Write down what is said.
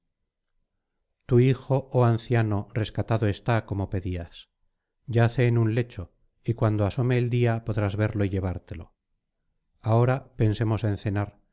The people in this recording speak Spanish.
tu hijo oh anciano rescatado está como pedías yace en un lecho y cuando asome el día podrás verlo y llevártelo ahora pensemos en cenar